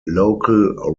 local